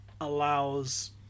allows